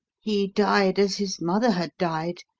he died as his mother had died,